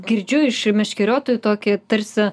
girdžiu iš meškeriotojų tokį tarsi